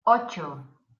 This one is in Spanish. ocho